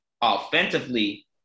Offensively